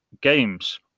games